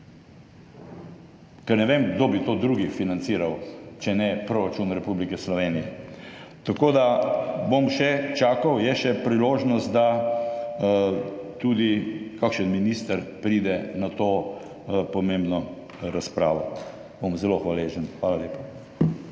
ker ne vem, kdo drug bi to financiral, če ne proračun Republike Slovenije. Tako da bom še čakal, je še priložnost, da tudi kakšen minister pride na to pomembno razpravo, bom zelo hvaležen. Hvala lepa.